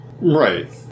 Right